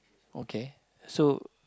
okay so